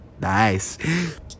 nice